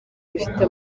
bifite